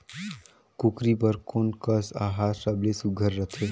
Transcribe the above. कूकरी बर कोन कस आहार सबले सुघ्घर रथे?